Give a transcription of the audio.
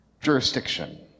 jurisdiction